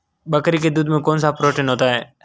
बकरी के दूध में कौनसा प्रोटीन होता है?